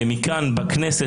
ומכאן בכנסת,